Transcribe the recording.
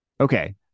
Okay